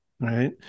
Right